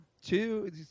two